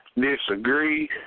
disagree